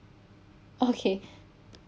okay